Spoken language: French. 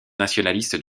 nationalistes